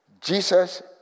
Jesus